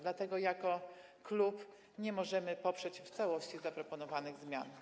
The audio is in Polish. Dlatego jako klub nie możemy poprzeć w całości zaproponowanych zmian.